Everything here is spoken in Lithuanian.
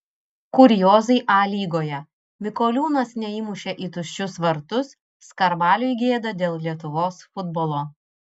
kuriozai a lygoje mikoliūnas neįmušė į tuščius vartus skarbaliui gėda dėl lietuvos futbolo